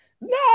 No